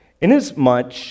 Inasmuch